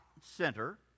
center